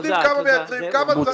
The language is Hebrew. יודעים כמה מייצרים, כמה צריך.